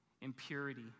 Impurity